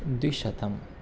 द्विशतं